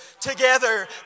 together